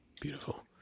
Beautiful